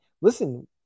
listen